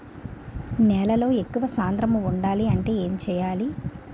నేలలో ఎక్కువ సాంద్రము వుండాలి అంటే ఏంటి చేయాలి?